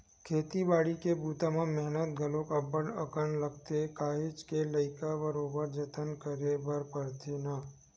खेती बाड़ी के बूता म मेहनत घलोक अब्ब्ड़ अकन लगथे काहेच के लइका बरोबर जतन करे बर परथे ना